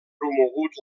promogut